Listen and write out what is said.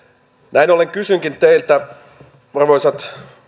näin ollen kysynkin teiltä arvoisat